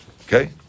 Okay